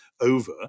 over